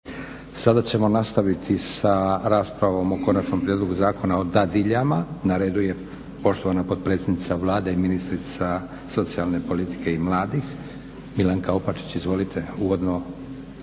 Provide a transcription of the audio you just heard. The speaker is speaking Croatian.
Sada ćemo nastaviti sa raspravom o Konačnom prijedlogu Zakona o dadiljama. Na redu je poštovana potpredsjednica Vlade i ministrica socijalne politike i mladih Milanka Opačić. Izvolite, uvodno